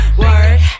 work